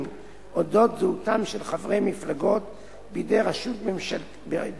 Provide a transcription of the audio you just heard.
על אודות זהותם של חברי מפלגות בידי רשות ממשלתית,